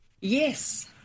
Yes